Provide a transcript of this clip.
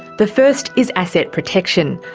the first is asset protection,